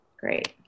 Great